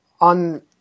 on